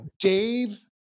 Dave